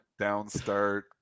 Downstart